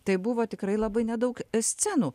tai buvo tikrai labai nedaug scenų